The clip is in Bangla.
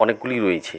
অনেকগুলি রয়েছে